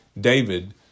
David